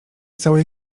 całej